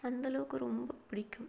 அந்த அளவுக்கு ரொம்ப பிடிக்கும்